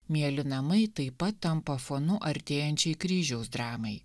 mieli namai taip pat tampa fonu artėjančiai kryžiaus dramai